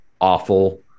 awful